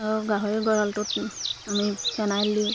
আৰু গাহৰি গঁৰালটোত আমি ফেনাইল দিওঁ